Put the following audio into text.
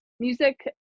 music